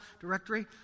directory